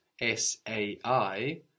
S-A-I